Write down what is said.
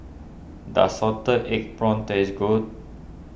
does Salted Egg Prawns taste good